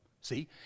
See